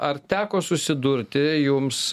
ar teko susidurti jums